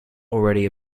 already